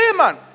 man